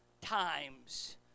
times